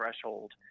threshold